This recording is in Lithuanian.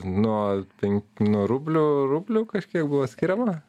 nuo pen nuo rublių rublių kažkiek buvo skiriama